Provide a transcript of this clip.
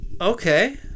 okay